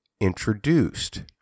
introduced